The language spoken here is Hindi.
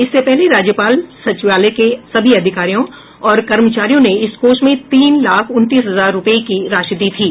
इससे पहले राज्यपाल सचिवालय के सभी अधिकारियों और कर्मचारियों ने इस कोष में तीन लाख उनतीस हजार रूपये की राशि दी थी